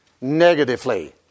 negatively